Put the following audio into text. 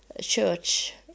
church